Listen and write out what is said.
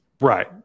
right